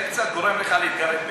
זה קצת גורם לך להתגרד באי-נוחות.